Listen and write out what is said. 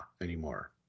anymore